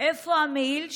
איפה המעיל שלי?